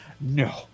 no